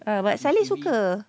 uh but sami suka